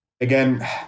Again